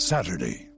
Saturday